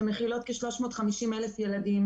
שמכילות כ-350,000 ילדים.